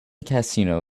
casino